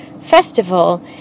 festival